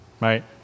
right